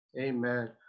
Amen